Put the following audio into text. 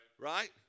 Right